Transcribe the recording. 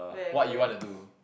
uh what you want to do